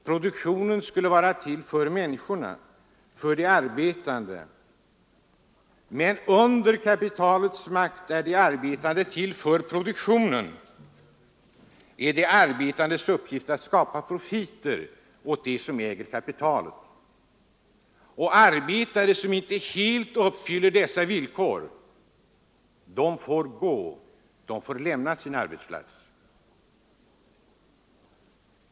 Produktionen skulle vara till för människorna, för de arbetande, men under kapitalets makt är de arbetande till för produktionen, är de arbetandes uppgift att skapa profiter åt dem som äger kapitalet. Arbetare som inte helt uppfyller dessa villkor får gå, får lämna sin arbetsplats.